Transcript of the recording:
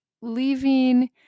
leaving